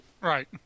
Right